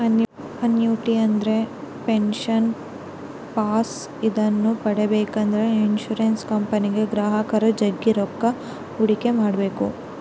annuity ಅಂದ್ರೆ pension plan ಇದನ್ನ ಪಡೆಬೇಕೆಂದ್ರ ಇನ್ಶುರೆನ್ಸ್ ಕಂಪನಿಗೆ ಗ್ರಾಹಕರು ಜಗ್ಗಿ ರೊಕ್ಕ ಹೂಡಿಕೆ ಮಾಡ್ಬೇಕು